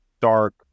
dark